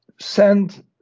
send